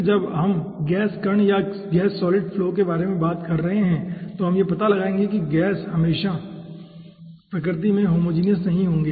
फिर जब हम गैस कण या गैस सॉलिड फ्लो के बारे में बात कर रहे हैं तो हम यह पता लगाएंगे कि कण हमेशा प्रकृति में होमोजिनियस नहीं होंगे